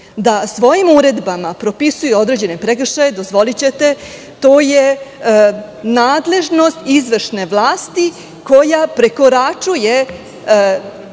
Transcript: da svojim uredbama propisuje određene prekršaje, dozvolićete to je nadležnost izvršne vlasti koja prekoračuje te neke